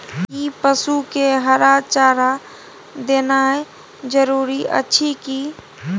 कि पसु के हरा चारा देनाय जरूरी अछि की?